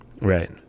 right